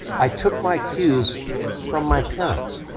i took my cues from my parents.